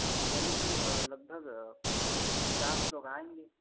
सोनी जी लगभग पचास लोग आयेंगे